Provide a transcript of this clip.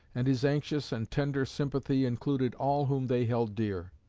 and his anxious and tender sympathy included all whom they held dear.